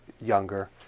younger